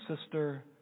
sister